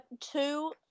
Two